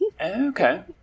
Okay